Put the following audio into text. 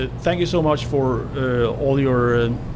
ah thank you so much for all your